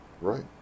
right